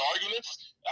arguments